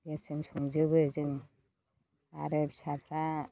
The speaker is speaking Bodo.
गेसजों संजोबो जों आरो फिसाफ्रा